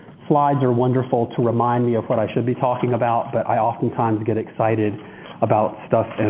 slides are wonderful to remind me of what i should be talking about, but i oftentimes get excited about stuff and